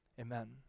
amen